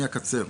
אני אקצר.